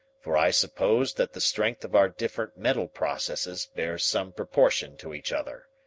for i suppose that the strength of our different mental processes bears some proportion to each other.